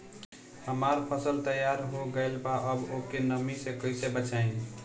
हमार फसल तैयार हो गएल बा अब ओके नमी से कइसे बचाई?